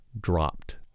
dropped